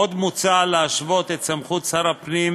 עוד מוצע להשוות את סמכות שר הפנים